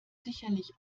sicherlich